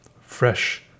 fresh